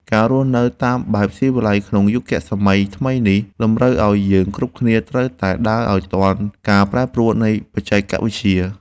ការរស់នៅតាមបែបស៊ីវិល័យក្នុងយុគសម័យថ្មីនេះតម្រូវឱ្យយើងគ្រប់គ្នាត្រូវតែដើរឱ្យទាន់ការប្រែប្រួលនៃបច្ចេកវិទ្យា។